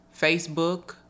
Facebook